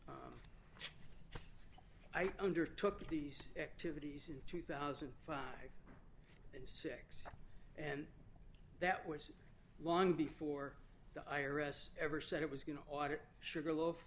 d i undertook these activities in two thousand and five and six and that was long before the i r s ever said it was going to audit sugarloaf